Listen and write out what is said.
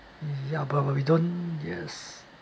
ya but but we don't yes